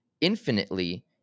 infinitely